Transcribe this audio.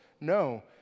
No